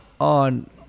on